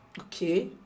Okay